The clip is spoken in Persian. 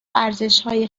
ارزشهای